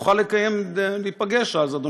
נוכל להיפגש אז,